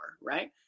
right